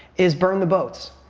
is burn the boats.